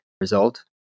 result